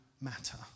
matter